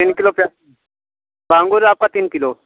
तीन किलो प्या बांगूर है आपका तीन किलो